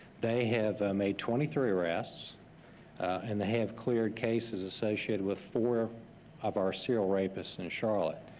they have made twenty three arrests and they have cleared cases associated with four of our serial rapists in charlotte.